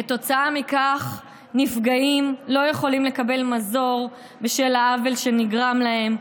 כתוצאה מכך נפגעים לא יכולים לקבל מזור על העוול שנגרם להם,